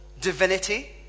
divinity